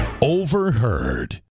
Overheard